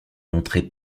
montré